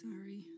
Sorry